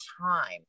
time